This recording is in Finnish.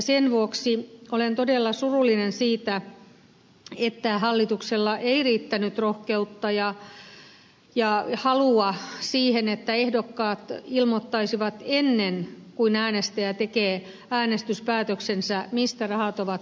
sen vuoksi olen todella surullinen siitä että hallituksella ei riittänyt rohkeutta ja halua siihen että ehdokkaat ilmoittaisivat ennen kuin äänestäjä tekee äänestyspäätöksensä mistä rahat ovat tulleet